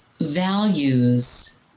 Values